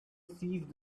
seized